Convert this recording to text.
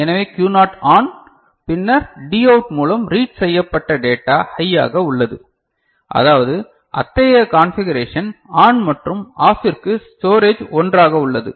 எனவே Q not on பின்னர் D out மூலம் ரீட் செய்யப்பட்ட டேட்டா ஹையாக உள்ளது அதாவது அத்தகைய கான்பிகரேஷன் ஆன் மற்றும் ஆஃபிற்கு ஸ்டோரேஜ் 1 ஆக உள்ளது